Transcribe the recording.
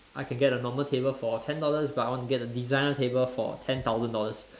I can get a normal table for ten dollars but I want to get a designer table for ten thousand dollars